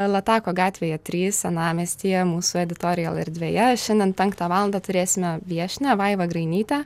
latako gatvėje trys senamiestyje mūsų editorial erdvėje šiandien penktą valandą turėsime viešnią vaivą grainytę